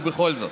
ובכל זאת.